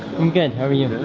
i'm good. how are you?